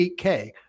8K